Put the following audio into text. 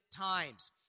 times